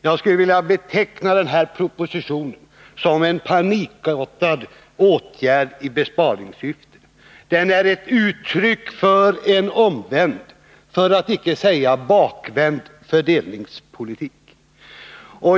Jag skulle vilja beteckna framläggandet av den här propositionen som en panikartad åtgärd i besparingssyfte. Propositionen är ett uttryck för en omvänd för att inte säga bakvänd fördelningspolitik.